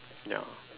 ya